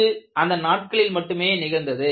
இது அந்த நாட்களில் மட்டுமே நிகழ்ந்தது